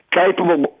capable